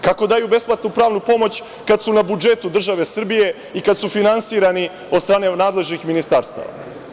Kako daju besplatnu pravnu pomoć kad su na budžetu države Srbije i kad su finansirani od strane nadležnih ministarstava?